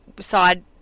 side